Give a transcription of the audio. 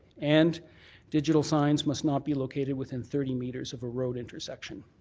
and digital signs must not be located within thirty metres of a road intersection.